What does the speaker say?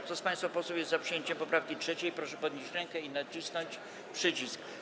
Kto z państwa posłów jest za przyjęciem poprawki 3., proszę podnieść rękę i nacisnąć przycisk.